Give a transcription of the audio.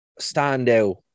standout